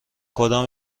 کدام